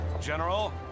General